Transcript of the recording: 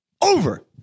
Over